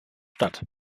stadt